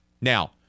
Now